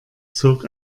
zog